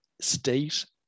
state